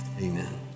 amen